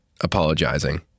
apologizing